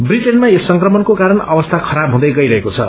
व्रिटेनमा यस संक्रमणको कारण अवस्था खराब हुँदै गइरहेको छ